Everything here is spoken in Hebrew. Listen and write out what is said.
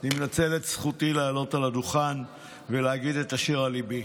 אני מנצל את זכותי לעלות על הדוכן ולהגיד את אשר על ליבי.